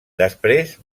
després